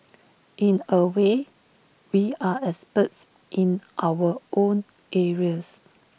in A way we are experts in our own areas